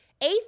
eighth